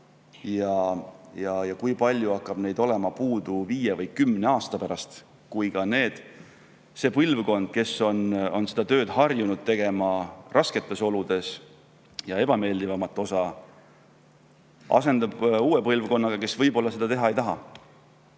ja kui palju hakkab neid olema puudu viie või kümne aasta pärast – siis, kui see põlvkond, kes on harjunud töötama rasketes oludes ja tegema ka ebameeldivamat osa, asendub uue põlvkonnaga, kes võib-olla seda teha ei taha.